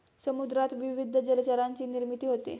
समुद्रात विविध जलचरांची निर्मिती होते